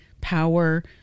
power